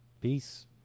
Peace